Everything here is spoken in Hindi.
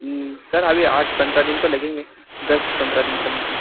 ऊ सर अभी आठ पन्द्रह दिन तो लगेंगे दस पन्द्रह दिन समझिए